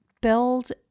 Build